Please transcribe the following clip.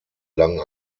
lang